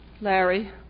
Larry